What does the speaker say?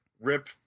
Rip